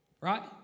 Right